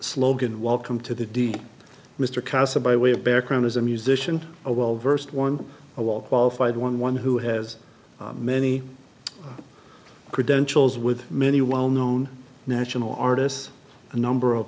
slogan welcome to the d mr castle by way of background as a musician a well versed one a lot qualified one one who has many credentials with many well known national artists a number of